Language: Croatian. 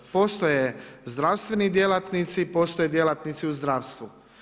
Postoje zdravstveni djelatnici, postoje djelatnici u zdravstvu.